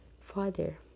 Father